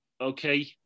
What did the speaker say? okay